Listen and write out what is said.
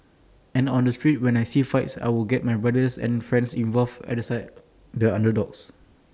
and on the street when I see fights I would get my brothers and friends involved at the side the underdogs